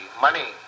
money